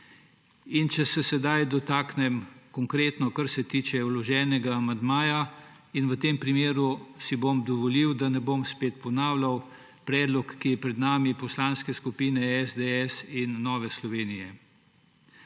Če se sedaj dotaknem konkretno, kar se tiče vloženega amandmaja. V tem primeru si bom dovolil, da ne bom spet ponavljal. Predlog, ki je pred nami, poslanskih skupin SDS in Nova Slovenija.